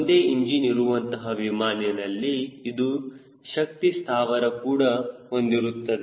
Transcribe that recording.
ಒಂದೇ ಇಂಜಿನ್ ಇರುವಂತಹ ವಿಮಾನಿನಲ್ಲಿ ಇದು ಶಕ್ತಿ ಸ್ಥಾವರ ಕೂಡ ಹೊಂದಿರುತ್ತದೆ